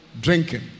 drinking